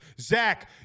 Zach